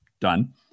done